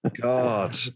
God